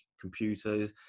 computers